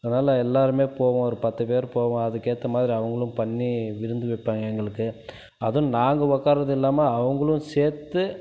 அதனால எல்லாேருமே போவோம் ஒரு பத்து பேர் போவோம் அதுக்கு ஏற்ற மாதிரி அவர்களும் பண்ணி விருந்து வைப்பாங்க எங்களுக்கு அதுவும் நாங்கள் உட்கார்றதும் இல்லாமல் அவர்களும் சேர்த்து